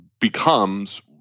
becomes